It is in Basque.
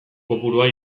kopurua